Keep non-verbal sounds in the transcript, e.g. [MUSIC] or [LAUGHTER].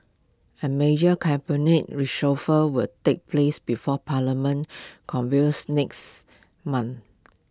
A major cabinet reshuffle will take place before parliament [UNINTELLIGIBLE] next month